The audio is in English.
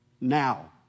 now